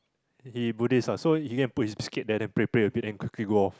he Buddhist what so he go and put his biscuit there then pray pray a bit then quickly go off